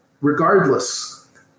regardless